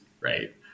right